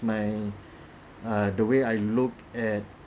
my uh the way I look at